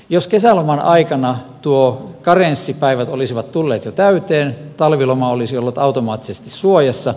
jos kesäloman aikana nuo karenssipäivät olisivat tulleet jo täyteen talviloma olisi ollut automaattisesti suojassa